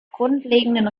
grundlegenden